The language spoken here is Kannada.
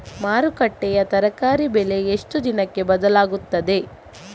ಮಾರುಕಟ್ಟೆಯ ತರಕಾರಿ ಬೆಲೆ ಎಷ್ಟು ದಿನಕ್ಕೆ ಬದಲಾಗುತ್ತದೆ?